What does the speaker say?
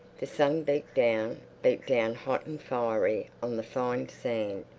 the sun beat down, beat down hot and fiery on the fine sand,